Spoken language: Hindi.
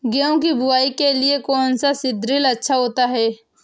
गेहूँ की बुवाई के लिए कौन सा सीद्रिल अच्छा होता है?